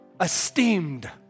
esteemed